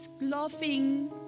laughing